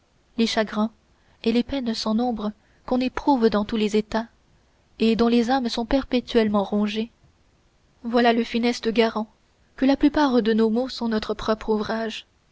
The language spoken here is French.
les chagrins et les peines sans nombre qu'on éprouve dans tous les états et dont les âmes sont perpétuellement rongées voilà les funestes garants que la plupart de nos maux sont notre propre ouvrage